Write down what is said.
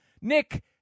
Nick